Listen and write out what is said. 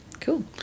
Cool